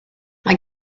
mae